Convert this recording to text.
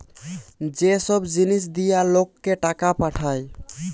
যে সব জিনিস দিয়া লোককে টাকা পাঠায়